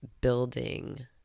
building